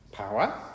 Power